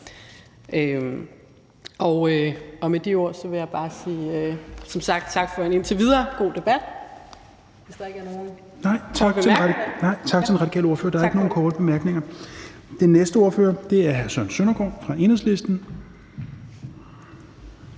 Med de ord vil jeg bare sige tak for en indtil videre god debat.